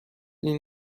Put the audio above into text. این